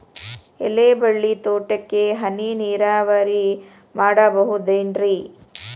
ಎಲೆಬಳ್ಳಿ ತೋಟಕ್ಕೆ ಹನಿ ನೇರಾವರಿ ಮಾಡಬಹುದೇನ್ ರಿ?